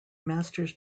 masters